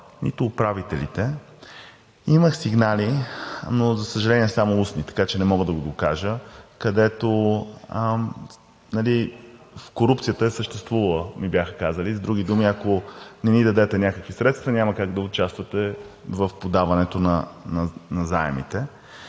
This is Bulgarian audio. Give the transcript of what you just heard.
нито управителите. Имах сигнали, но само устни, така че не мога да го докажа, където корупцията е съществувала, ми бяха казали. С други думи, ако не ни дадете някакви средства, няма как да участвате в подаването на заемите.